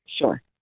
Sure